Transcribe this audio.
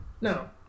No